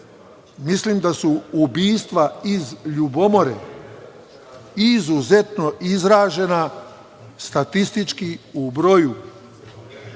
da su ubistva iz ljubomore izuzetno izražena statistički u broju